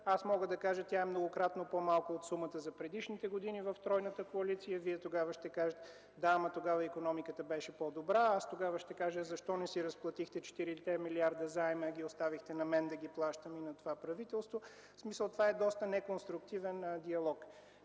Аз мога да кажа, че тя е многократно по-малка от сумата за предишните години в тройната коалиция. Вие тогава ще кажете: „Да, ама тогава икономиката беше по-добра.” Аз тогава ще кажа: „Защо не си разплатихте 4-те милиарда заеми, а ги оставихте на мен да ги плащам и на това правителство?” В смисъл това е доста неконструктивен диалог.